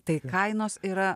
tai kainos yra